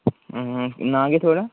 नांऽ केह् ऐ थुआढ़ा